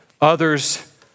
others